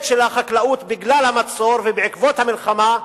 של החקלאות בגלל המצור ובעקבות המלחמה,